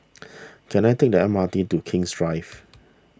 can I take the M R T to King's Drive